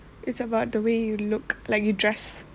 it's about the way you look like you dress